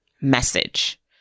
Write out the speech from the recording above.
message